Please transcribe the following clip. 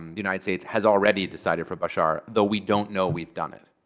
um the united states has already decided for bashar, though we don't know we've done it.